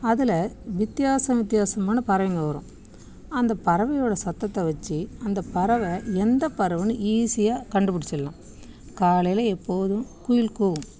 அதில் வித்தியாச வித்தியாசமான பறவைங்கள் வரும் அந்த பறவையோடய சத்தத்தை வச்சு அந்த பறவை எந்த பறவைன்னு ஈஸியாக கண்டுபிடிச்சிட்லாம் காலையில் எப்போதும் குயில் கூவும்